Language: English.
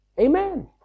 Amen